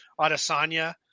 Adesanya